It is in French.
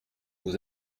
vous